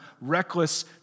reckless